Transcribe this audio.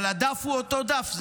אבל הדף הוא אותו דף,